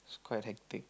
quite hectic